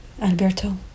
Alberto